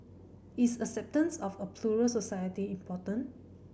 is acceptance of a plural society important